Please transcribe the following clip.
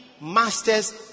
masters